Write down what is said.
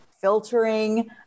filtering